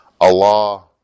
Allah